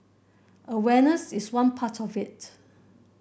awareness is one part of it